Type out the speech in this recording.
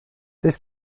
this